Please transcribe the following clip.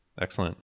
Excellent